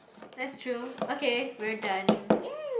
that's true okay we're done